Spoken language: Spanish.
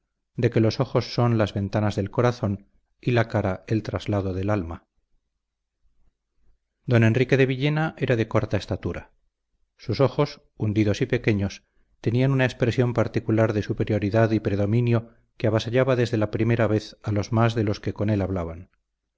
de que los ojos son las ventanas del corazón y la cara el traslado del alma don enrique de villena era de corta estatura sus ojos hundidos y pequeños tenían una expresión particular de superioridad y predominio que avasallaba desde la primera vez a los más de los que con él hablaban